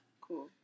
cool